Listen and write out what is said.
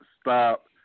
stop